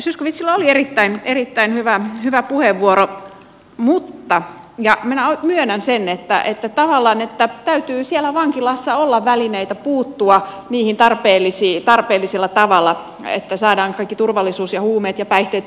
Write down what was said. zyskowiczillä oli erittäin hyvä puheenvuoro ja minä myönnän sen että tavallaan täytyy siellä vankilassa olla välineitä puuttua tarpeellisilla tavoilla että saadaan kaikki turvallisuus ja että saadaan huumeet ja päihteet pidettyä ulkopuolella